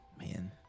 Man